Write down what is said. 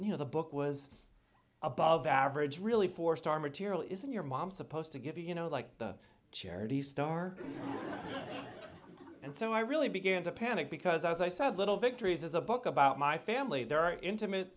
you know the book was above average really for star material isn't your mom supposed to give you you know like the charity star and so i really began to panic because as i said little victories is a book about my family there are intimate